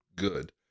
Good